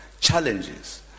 challenges